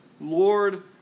Lord